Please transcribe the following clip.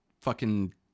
fucking-